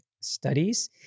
Studies